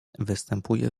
występuje